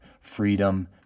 freedom